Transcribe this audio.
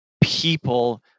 people